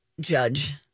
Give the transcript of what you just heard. judge